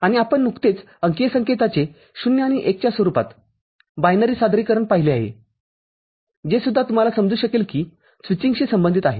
आणि आपण नुकतेच अंकीय संकेताचे ० आणि १ च्या स्वरूपात बायनरी सादरीकरण पाहिले आहेजे सुद्धा तुम्हाला समजू शकेल कि स्विचिंगशी संबंधित आहे